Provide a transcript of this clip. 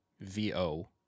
VO